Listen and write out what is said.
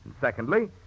Secondly